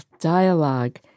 dialogue